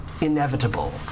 inevitable